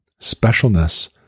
specialness